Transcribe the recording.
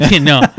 No